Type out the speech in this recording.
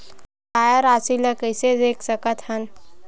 बकाया राशि ला कइसे देख सकत हान?